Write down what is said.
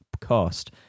cost